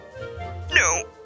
No